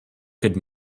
could